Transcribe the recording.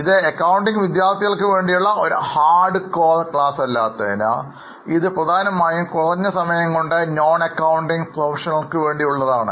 ഇത് അക്കൌണ്ടിംഗ് വിദ്യാർത്ഥികൾക്ക് വേണ്ടിയുള്ള ഒരു ഹാർഡ് കോർ ക്ലാസ് അല്ലാത്തതിനാൽ ഇത് പ്രധാനമായും കുറഞ്ഞ സമയം കൊണ്ട് നോൺ അക്കൌണ്ടിംഗ് പ്രൊഫഷണലുകൾക്കാണ്